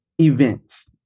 events